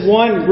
one